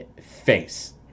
face